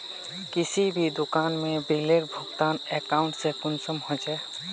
किसी भी दुकान में बिलेर भुगतान अकाउंट से कुंसम होचे?